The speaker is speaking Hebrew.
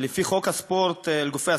יציג את החוק חבר הכנסת רזבוזוב.